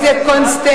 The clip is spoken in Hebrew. זה את